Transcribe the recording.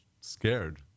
scared